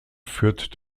führt